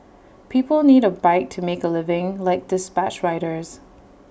people need A bike to make A living like dispatch riders